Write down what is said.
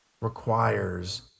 requires